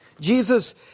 Jesus